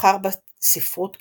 שתבחר בספרות כמקצוע,